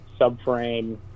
subframe